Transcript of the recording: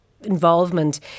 involvement